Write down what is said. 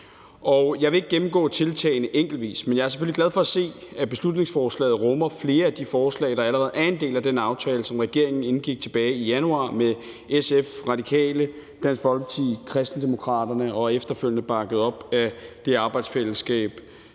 jeg vil ikke gennemgå tiltagene enkeltvis, men jeg er selvfølgelig glad for at se, at beslutningsforslaget rummer flere af de forslag, der allerede er en del af den aftale, som regeringen indgik tilbage i januar med SF, Radikale, Dansk Folkeparti og Kristendemokraterne, og som efterfølgende blev bakket op af det arbejdsfællesskab,